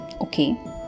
okay